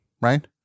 right